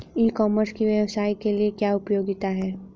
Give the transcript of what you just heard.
ई commerce की व्यवसाय के लिए क्या उपयोगिता है?